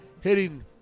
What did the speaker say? hitting